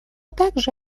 также